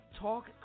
Talk